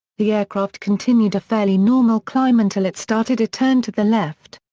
the aircraft continued a fairly normal climb until it started a turn to the left.